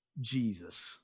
Jesus